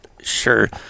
sure